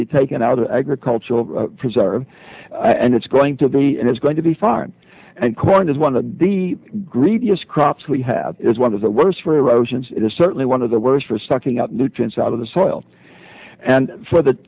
be taken out of agricultural preserves and it's going to be and it's going to be farm and corn is one of the greediest crops we have is one of the worst for erosions is certainly one of the worst for sucking up nutrients out of the soil and for the